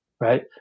right